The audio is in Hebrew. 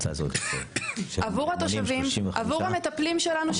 עבור המטפלים שלנו,